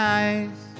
eyes